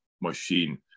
machine